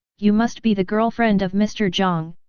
you must be the girlfriend of mr. jiang,